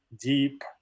deep